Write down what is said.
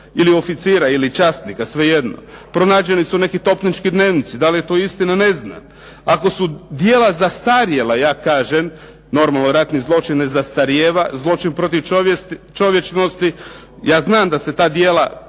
ili oficira, ili časnika, svejedno. Pronađeni su neki Topnički dnevnici. Da li je to istina ne znam. Ako su djela zastarjela ja kažem, normalno ratni zločin ne zastarijeva, zločin protiv čovječnosti. Ja znam da se ta djela